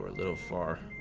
little for.